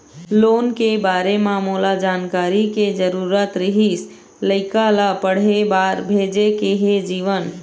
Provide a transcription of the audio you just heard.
loan के बारे म मोला जानकारी के जरूरत रीहिस, लइका ला पढ़े बार भेजे के हे जीवन